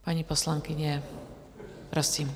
Paní poslankyně, prosím.